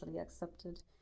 accepted